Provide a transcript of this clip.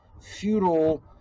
feudal